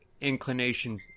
inclination